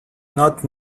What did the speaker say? not